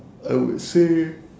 I would say